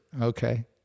okay